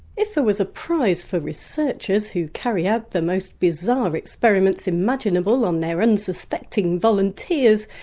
if there was a prize for researchers who carry out the most bizarre experiments imaginable on their unsuspecting volunteers,